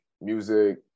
music